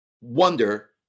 wonder